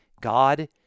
God